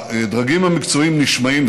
הדרגים המקצועיים נשמעים.